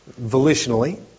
volitionally